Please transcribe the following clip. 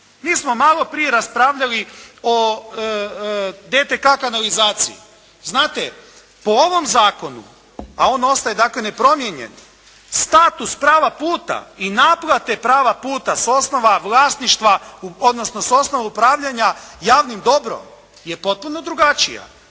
Mi smo malo prije raspravljali o DTK kanalizaciji. Znate, po ovom zakonu, a on ostaje dakle nepromijenjen status prava puta i naplate prava puta s osnova vlasništva, odnosno s osnovu upravljanja javnim dobrom je potpuno drugačija,